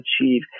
achieve